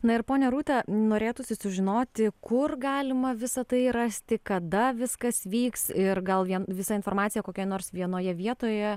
na ir ponia rūta norėtųsi sužinoti kur galima visa tai rasti kada viskas vyks ir gal vien visa informacija kokioj nors vienoje vietoje